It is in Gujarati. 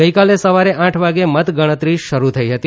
આજે સવારે આઠ વાગે મતગણતરી શરૂ થઇ હતી